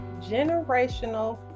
generational